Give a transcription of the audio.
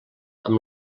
amb